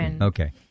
okay